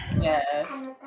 Yes